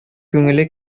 күңеле